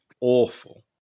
awful